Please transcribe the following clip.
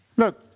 look,